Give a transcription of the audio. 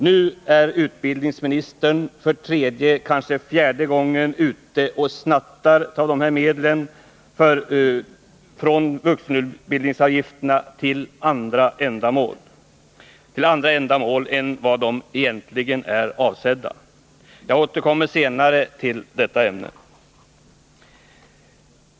Nu är utbildningsministern för tredje, kanske fjärde gången ute och snattar medel från vuxenutbildningsavgifterna till andra ändamål än vad de egentligen är avsedda för. Jag återkommer senare till detta ämne.